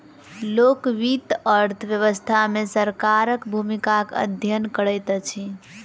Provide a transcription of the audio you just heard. लोक वित्त अर्थ व्यवस्था मे सरकारक भूमिकाक अध्ययन करैत अछि